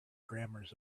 grammars